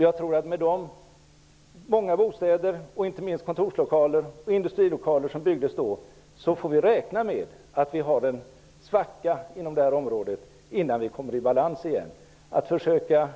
Jag tror att med de många bostäder och inte minst kontorslokaler och industrilokaler som byggdes då får vi räkna med en svacka inom det här området innan det blir balans igen. Att försöka